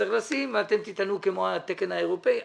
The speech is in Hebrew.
שצריך לשים, ואתם תטענו כמו התקן האירופאי.